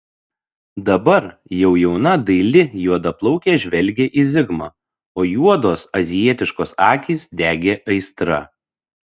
dabar jau jauna daili juodaplaukė žvelgė į zigmą o juodos azijietiškos akys degė aistra